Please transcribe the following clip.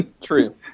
true